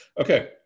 Okay